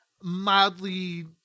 mildly